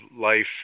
life